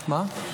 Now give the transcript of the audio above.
מה?